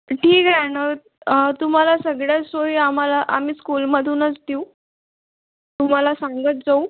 ठीक आहे न तुम्हाला सगळ्या सोयी आम्हाला आम्ही स्कूलमधूनच देऊ तुम्हाला सांगत जाऊ